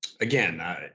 Again